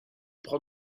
prend